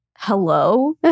Hello